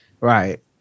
Right